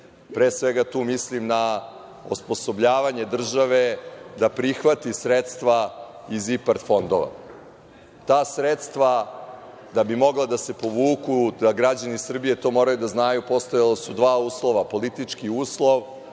Pre svega, tu mislim na osposobljavanje države da prihvati sredstva iz IPARD fondova. Ta sredstva, da bi mogla da se povuku, građani Srbije to moraju da znaju, postojala su dva uslova – politički uslov